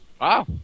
wow